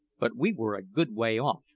but we were a good way off,